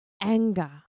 anger